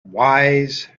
wise